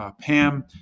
Pam